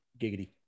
giggity